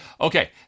Okay